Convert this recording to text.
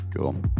cool